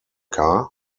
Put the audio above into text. car